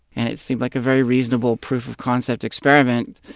and it seemed like a very reasonable proof-of-concept experiment.